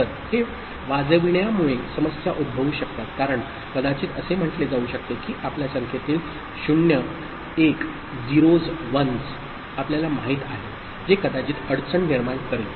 तर हे वाजविण्यामुळे समस्या उद्भवू शकतात कारण कदाचित असे म्हटले जाऊ शकते की आपल्या संख्येतील 0's 1's आपल्याला माहित आहे जे कदाचित अडचण निर्माण करेल